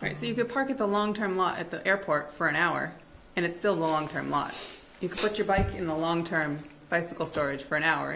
i see the park at the long term are at the airport for an hour and it's still long term lot you can put your bike in the long term bicycle storage for an hour